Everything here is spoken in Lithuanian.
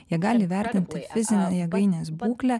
jie gali įvertinti fizinę jėgainės būklę